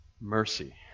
mercy